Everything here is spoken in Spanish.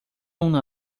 una